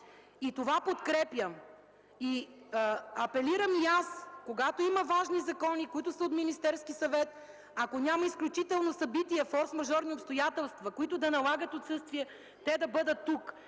ИСКРА ФИДОСОВА: Апелирам и аз, когато има важни закони, които са от Министерския съвет, ако няма изключително събитие, форсмажорни обстоятелства, които да налагат отсъствие те да бъдат тук,